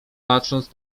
patrząc